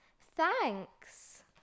Thanks